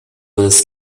was